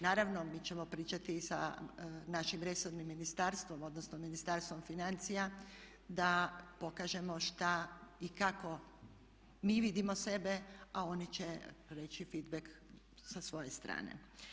Naravno mi ćemo pričati i sa našim resornim ministarstvom, odnosno Ministarstvom financija, da pokažemo što i kako mi vidimo sebe, a oni će reći feedback sa svoje strane.